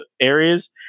areas